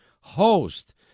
host